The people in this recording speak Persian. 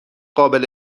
قابل